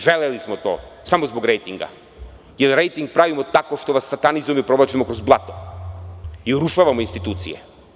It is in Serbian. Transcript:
Želeli smo to zbog rejtinga, jer rejting pravimo tako što vas satanizujemo i provlačimo kroz blato i urušavamo institucije.